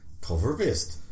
Cover-based